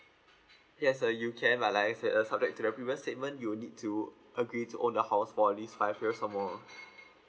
yes uh you can but like I said uh subject to the previous statement you'll need you agree to own the house for at least five years or more